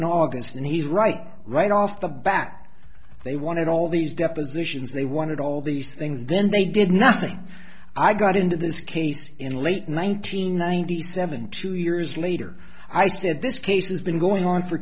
in august and he's right right off the back they wanted all these depositions they wanted all these things and then they did nothing i got into this case in late one nine hundred ninety seven two years later i said this case has been going on for